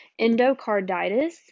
endocarditis